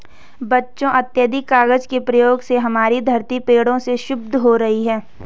बच्चों अत्याधिक कागज के प्रयोग से हमारी धरती पेड़ों से क्षुब्ध हो रही है